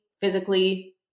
physically